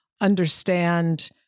understand